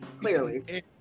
Clearly